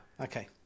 Okay